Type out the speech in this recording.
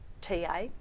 TA